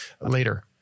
later